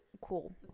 cool